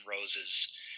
Roses